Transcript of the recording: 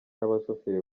n’abashoferi